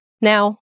Now